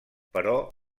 però